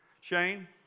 Shane